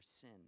sin